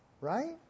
Right